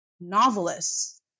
novelists